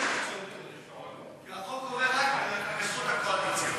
כי החוק עובר רק בזכות הקואליציה.